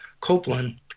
Copeland